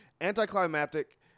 anticlimactic